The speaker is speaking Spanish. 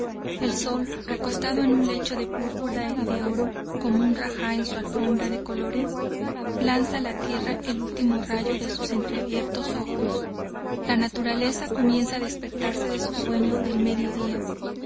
el sol recostado en un lecho de púrpura y de oro como un rajá en su alfombra de colores lanza a la tierra el ultimo rayo de sus entreabiertos ojos la naturaleza comienza a despertarse de su sueño del mediodía